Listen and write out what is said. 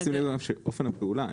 שימי לב לאופן הפעולה.